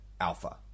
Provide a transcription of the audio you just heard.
alpha